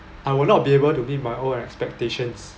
I will not be able to meet my own expectations